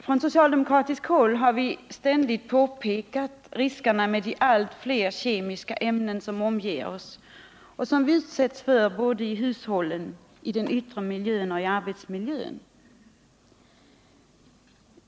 Från socialdemokratiskt håll har vi ständigt påpekat riskerna med de allt fler kemiska ämnen som omgeftoss och som vi utsätts för i såväl hushållen som den yttre miljön och arbetsmiljön.